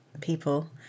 people